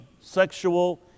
sexual